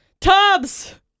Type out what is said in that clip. tubs